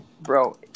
Bro